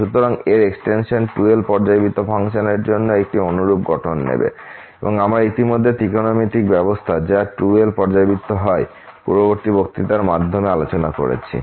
সুতরাং এর extension 2l পর্যাবৃত্ত ফাংশন এর জন্য একটি অনুরূপ গঠন নেবে এবং আমরা ইতিমধ্যে ত্রিকোণমিতিক ব্যবস্থা যা 2l পর্যাবৃত্ত হয় পূর্ববর্তী বক্তৃতার মধ্যে আলোচনা করেছি